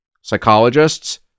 psychologists